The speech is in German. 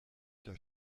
der